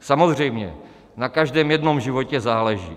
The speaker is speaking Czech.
Samozřejmě na každém jednom životě záleží.